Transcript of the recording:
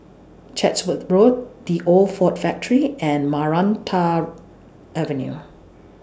Chatsworth Road The Old Ford Factory and Maranta Avenue